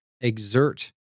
exert